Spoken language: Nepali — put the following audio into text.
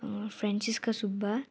फ्रेन्सिस्का सुब्बा